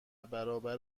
برابر